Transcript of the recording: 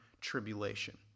tribulation